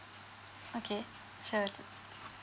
okay sure